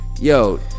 yo